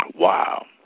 Wow